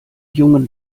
jungen